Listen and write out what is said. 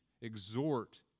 exhort